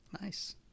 nice